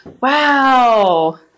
Wow